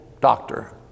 doctor